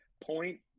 point